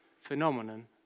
phenomenon